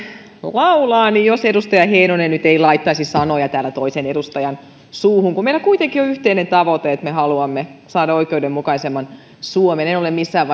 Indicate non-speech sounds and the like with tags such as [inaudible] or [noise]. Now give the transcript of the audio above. laulaa niin jos edustaja heinonen ei nyt laittaisi sanoja toisen edustajan suuhun kun meillä on kuitenkin yhteinen tavoite että me haluamme saada oikeudenmukaisemman suomen en ole missään [unintelligible]